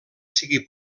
sigui